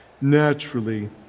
Naturally